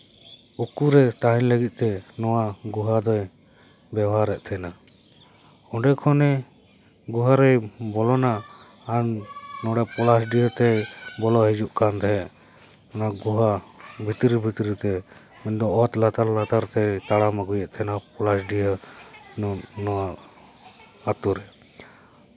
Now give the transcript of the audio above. ᱩᱠᱩᱨᱮ ᱛᱟᱦᱮᱱ ᱞᱟᱹᱜᱤᱫ ᱛᱮ ᱱᱚᱣᱟ ᱜᱩᱦᱟ ᱫᱚᱭ ᱵᱮᱣᱦᱟᱨᱮᱫ ᱛᱟᱦᱮᱱᱟ ᱚᱸᱰᱮ ᱠᱷᱚᱱᱮ ᱜᱩᱦᱟ ᱨᱮ ᱵᱚᱞᱚᱱᱟ ᱟᱨ ᱱᱚᱸᱰᱮ ᱯᱚᱞᱟᱥᱰᱤᱦᱟᱹ ᱛᱮᱭ ᱵᱚᱞᱚ ᱦᱤᱡᱩᱜ ᱠᱟᱱ ᱛᱟᱦᱮᱸᱫ ᱚᱱᱟ ᱜᱩᱦᱟ ᱵᱷᱤᱛᱨᱤ ᱵᱷᱤᱛᱨᱤ ᱛᱮ ᱩᱱᱫᱚ ᱚᱛ ᱞᱟᱛᱟᱨ ᱞᱟᱛᱟᱨᱛᱮᱭ ᱛᱟᱲᱟᱢ ᱟᱹᱜᱩᱭᱮᱫ ᱛᱟᱦᱮᱱᱟ ᱯᱚᱞᱟᱥᱰᱤᱦᱟᱹ ᱱᱚᱣᱟ ᱟᱛᱳ ᱨᱮ